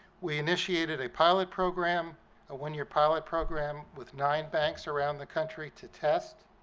we initiated a pilot program a one-year pilot program with nine banks around the country to test